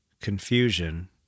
confusion